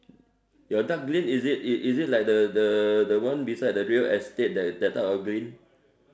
your dark green is it is it like the the the one beside the real estate that that type of green